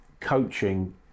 coaching